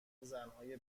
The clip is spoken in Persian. زنهای